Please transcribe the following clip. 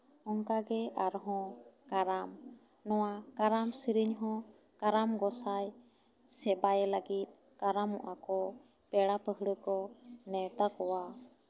ᱚᱱᱠᱟ ᱜᱮ ᱟᱨᱦᱚᱸ ᱠᱟᱨᱟᱢ ᱱᱚᱶᱟ ᱠᱟᱨᱟᱢ ᱥᱮᱨᱮᱧ ᱦᱚᱸ ᱠᱟᱨᱟᱢ ᱜᱚᱥᱟᱸᱭ ᱥᱮ ᱥᱮᱵᱟᱭᱮ ᱞᱟᱹᱜᱤᱫ ᱠᱟᱨᱟᱢᱚᱜ ᱟᱠᱚ ᱯᱮᱲᱟ ᱯᱟᱹᱦᱲᱟᱹ ᱠᱚ ᱱᱮᱶᱛᱟ ᱠᱚᱣᱟ